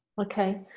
Okay